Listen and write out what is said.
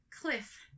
cliff